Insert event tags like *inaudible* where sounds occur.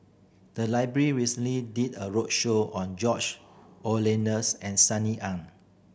the library recently did a roadshow on George *unintelligible* and Sunny Ang